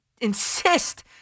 insist